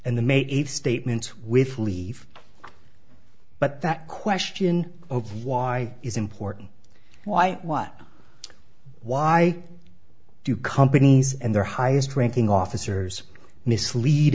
eighth statements with leave but that question of why is important why what why do companies and their highest ranking officers mislead